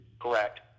correct